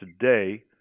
today